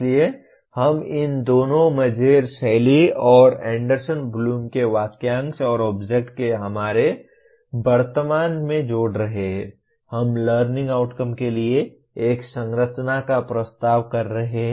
इसलिए हम इन दोनों मजेर शैली और एंडरसन ब्लूम के वाक्यांश और ऑब्जेक्ट को हमारे वर्तमान में जोड़ रहे हैं हम लर्निंग आउटकम के लिए एक संरचना का प्रस्ताव कर रहे हैं